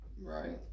Right